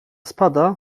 spada